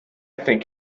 think